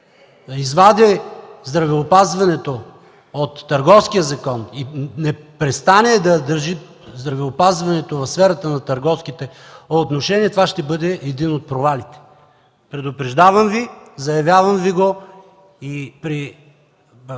не извади здравеопазването от Търговския закон и не престане да го държи в сферата на търговските отношения, това ще бъде един от провалите. Предупреждавам Ви, заявявам Ви го! При